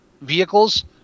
vehicles